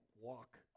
walk